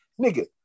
Nigga